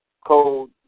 code